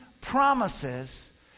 promises